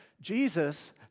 Jesus